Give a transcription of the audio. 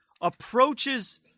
approaches